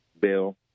bill